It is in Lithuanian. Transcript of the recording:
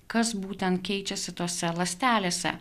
kas būtent keičiasi tose ląstelėse